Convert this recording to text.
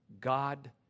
God